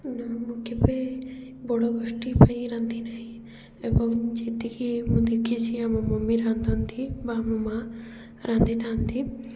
ନା ମୁଁ କେବେ ବଡ଼ ଗୋଷ୍ଠୀ ପାଇଁ ରାନ୍ଧି ନାହିଁ ଏବଂ ଯେତିକି ମୁଁ ଦେଖିଛି ଆମ ମମି ରାନ୍ଧନ୍ତି ବା ଆମ ମାଆ ରାନ୍ଧିଥାନ୍ତି